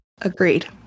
Agreed